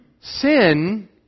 Sin